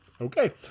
Okay